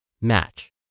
match